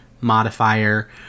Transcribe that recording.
modifier